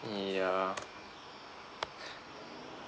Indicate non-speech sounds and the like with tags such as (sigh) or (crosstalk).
yeah (laughs)